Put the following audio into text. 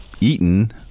eaten